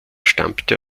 stammte